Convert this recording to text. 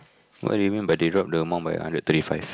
what do mean by the drop the amount by hundred thirty five